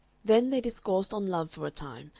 then they discoursed on love for a time,